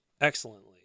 excellently